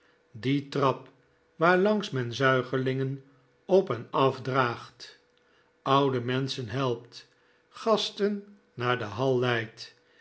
die trap waarlangs men zuigelingen op en af draagt oude menschen helpt gasten naar de hal leidt